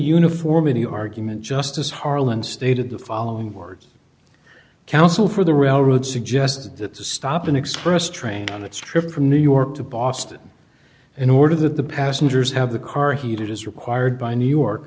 uniformity argument just as harlan stated the following words counsel for the railroad suggested that to stop an express train on its trip from new york to boston in order that the passengers have the car heated as required by new york